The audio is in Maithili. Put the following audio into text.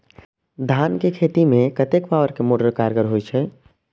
धान के खेती में कतेक पावर के मोटर कारगर होई छै?